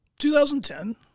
2010